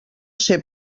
ser